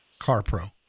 carpro